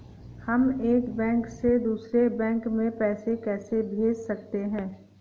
हम एक बैंक से दूसरे बैंक में पैसे कैसे भेज सकते हैं?